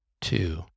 two